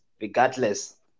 Regardless